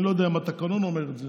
אני לא יודע אם התקנון אומר את זה,